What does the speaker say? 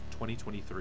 2023